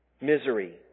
misery